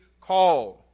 called